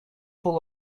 full